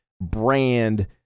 brand